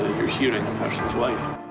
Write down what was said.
you're hearing a person's life.